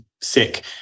sick